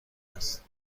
است